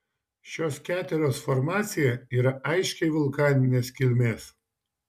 šios keteros formacija yra aiškiai vulkaninės kilmės